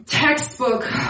textbook